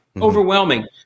overwhelming